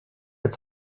mehr